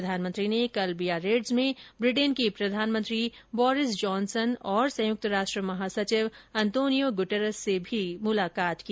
प्रधानमंत्री ने कल बियारेट्ज में ब्रिटेन के प्रधानमंत्री बोरिस जहनसन और संयुक्त राष्ट्र महासचिव अंतोनियो गुटरस से भी मुलाकात की